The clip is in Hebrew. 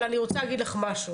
הפרוטוקול המלא שמור בארכיון הכנסת)